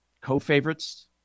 co-favorites